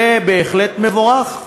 זה בהחלט מבורך.